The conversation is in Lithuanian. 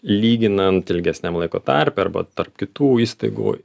lyginant ilgesniam laiko tarpe arba tarp kitų įstaigų